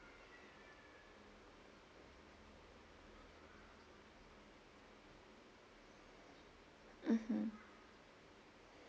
mmhmm